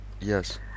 Yes